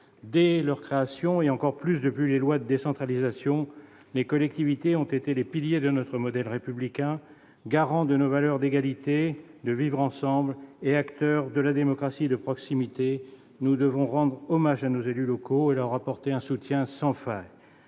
Dès leur création, et encore plus depuis les lois de décentralisation, les collectivités ont été les piliers de notre modèle républicain, garants de nos valeurs d'égalité, de vivre-ensemble et acteurs de la démocratie de proximité. Nous devons rendre hommage à nos élus locaux et leur apporter un soutien sans faille.